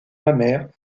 mammaires